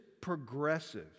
progressive